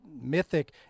mythic